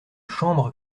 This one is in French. chambre